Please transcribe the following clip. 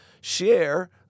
share